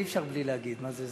אי-אפשר בלי להגיד מה זה,